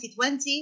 2020